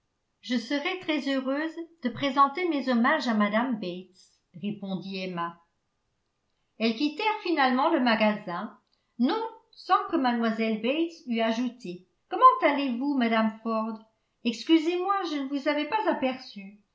je serai très heureux de présenter mes hommages à mme bates répondit emma elles quittèrent finalement le magasin non sans que mlle bates eût ajouté comment allez-vous mme ford excusez-moi je ne vous avais pas aperçue